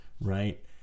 Right